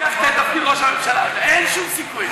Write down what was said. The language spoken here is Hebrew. לקחת את תפקיד ראש הממשלה: אין שום סיכוי,